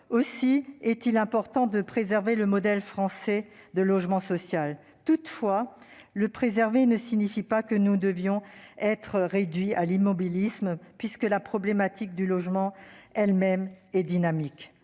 Aussi est-il important de préserver le modèle français du logement social. Toutefois, le préserver ne signifie pas que nous devrions être réduits à l'immobilisme, puisque la problématique du logement est elle-même dynamique.